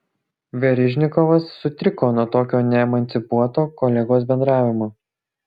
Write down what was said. verižnikovas sutriko nuo tokio neemancipuoto kolegos bendravimo